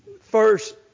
First